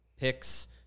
picks